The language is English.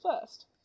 first